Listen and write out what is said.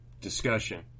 discussion